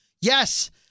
Yes